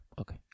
Okay